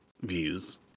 views